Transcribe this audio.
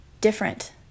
different